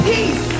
Peace